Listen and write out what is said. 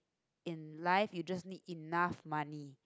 in life you just need enough money